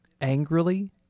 angrily